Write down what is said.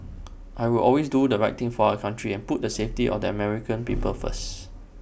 I will always do the right thing for our country and put the safety of the American people first